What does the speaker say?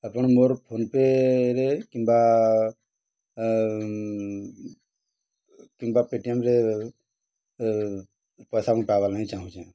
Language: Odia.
ଆପଣ ମୋର ଫୋନ୍ପେରେ କିମ୍ବା କିମ୍ବା ପେଟିଏମ୍ରେ ପଇସା ମୁଁ ପାଇବାର୍ ନାହିଁ ଚାହୁଁଛେଁ